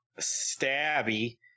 stabby